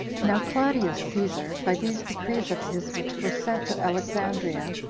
now claudius caesar, by these decrees of his which were sent to alexandria,